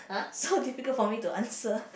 so difficult for me to answer